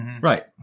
right